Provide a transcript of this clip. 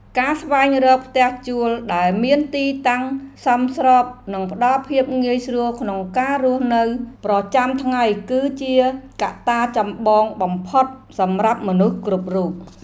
ការស្វែងរកផ្ទះជួលដែលមានទីតាំងសមស្របនិងផ្តល់ភាពងាយស្រួលក្នុងការរស់នៅប្រចាំថ្ងៃគឺជាកត្តាចម្បងបំផុតសម្រាប់មនុស្សគ្រប់រូប។